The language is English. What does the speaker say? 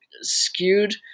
skewed